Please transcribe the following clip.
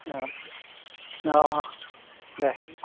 अ अ दे